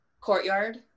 Courtyard